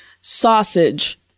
Sausage